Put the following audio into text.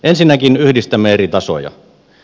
ensinnäkin yhdistämme eri tasoja